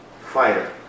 fighter